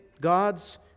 God's